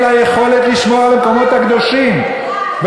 זה מציג את מדינת ישראל כמי שאין לה יכולת לשמור על המקומות הקדושים.